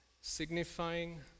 signifying